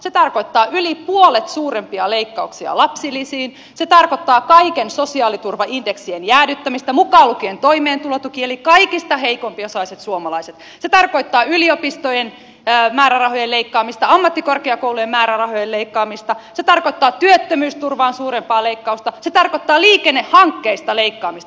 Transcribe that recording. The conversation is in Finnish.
se tarkoittaa yli puolet suurempia leikkauksia lapsilisiin se tarkoittaa kaiken sosiaaliturvan indeksien jäädyttämistä mukaan lukien toimeentulotuki joka koskee kaikista heikko osaisimpia suomalaisia se tarkoittaa yliopistojen määrärahojen leikkaamista ammattikorkeakoulujen määrärahojen leikkaamista se tarkoittaa työttömyysturvaan suurempaa leik kausta se tarkoittaa liikennehankkeista leikkaamista